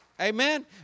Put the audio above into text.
amen